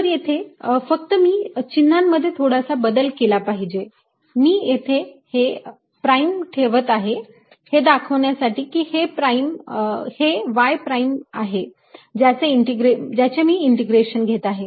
तर इथे फक्त मी चिन्हांमध्ये थोडासा बदल केला पाहिजे मी येथे हे प्राईम ठेवत आहे हे दाखवण्यासाठी की हे y प्राईम आहे ज्याचे मी इंटिग्रेशन घेत आहे